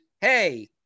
hey